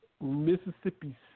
Mississippi